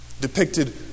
depicted